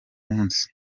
munsi